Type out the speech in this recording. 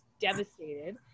devastated